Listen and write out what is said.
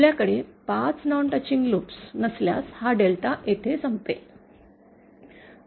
आपल्याकडे 5 non touching loop नसल्यास हा डेल्टा येथे संपेल